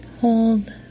hold